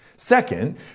Second